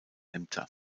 ämter